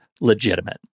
legitimate